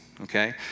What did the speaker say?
okay